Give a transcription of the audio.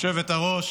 היושבת-ראש,